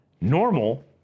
normal